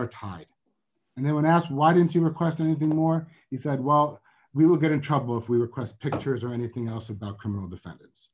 are tied and then when asked why didn't you require thinking the more he said well we will get in trouble if we request pictures or anything else about criminal defen